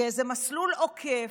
באיזה מסלול עוקף,